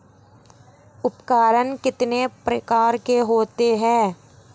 उपकरण कितने प्रकार के होते हैं?